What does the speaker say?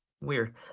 Weird